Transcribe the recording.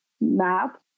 map